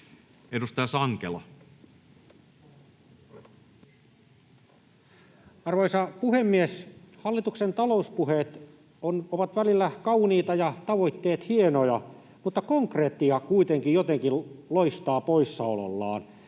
Edustaja Sankelo. Arvoisa puhemies! Hallituksen talouspuheet ovat välillä kauniita ja tavoitteet hienoja, mutta konkretia kuitenkin jotenkin loistaa poissaolollaan.